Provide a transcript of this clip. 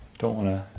don't wanna.